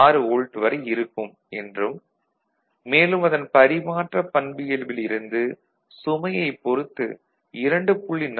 6 volt வரை இருக்கும் என்றும் மேலும் அதன் பரிமாற்ற பண்பியல்பில் இருந்து சுமையைப் பொறுத்து 2